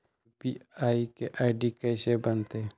UPI के ID कैसे बनतई?